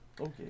Okay